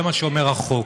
זה מה שאומר החוק.